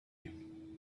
you